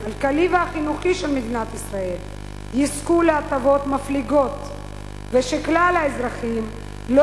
הכלכלי והחינוכי של מדינת ישראל יזכו להטבות מפליגות ושכלל האזרחים לא